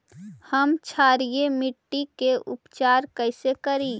हम क्षारीय मिट्टी के उपचार कैसे करी?